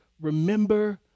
Remember